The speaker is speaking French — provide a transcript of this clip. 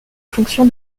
fonction